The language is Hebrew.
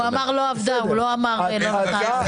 הוא אמר לא עבדה, הוא לא אמר לא היתה.